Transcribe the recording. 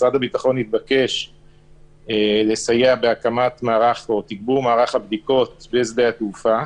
משרד הביטחון התבקש לסייע בתגבור מערך הבדיקות בשדה התעופה,